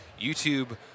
YouTube